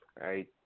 right